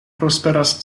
prosperas